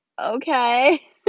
okay